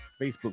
Facebook